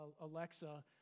Alexa